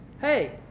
hey